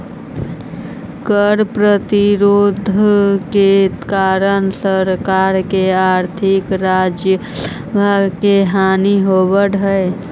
कर प्रतिरोध के कारण सरकार के आर्थिक राजस्व के हानि होवऽ हई